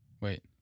Wait